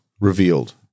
revealed